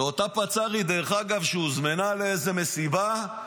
זו אותה פצ"רית שהוזמנה לאיזו מסיבה,